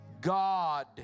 God